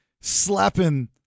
slapping